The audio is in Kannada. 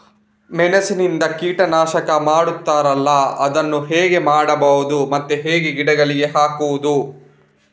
ಮೆಣಸಿನಿಂದ ಕೀಟನಾಶಕ ಮಾಡ್ತಾರಲ್ಲ, ಅದನ್ನು ಹೇಗೆ ಮಾಡಬಹುದು ಮತ್ತೆ ಹೇಗೆ ಗಿಡಗಳಿಗೆ ಹಾಕುವುದು?